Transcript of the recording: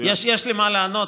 יש לי מה לענות,